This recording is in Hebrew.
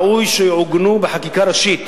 ראוי שיעוגנו בחקיקה ראשית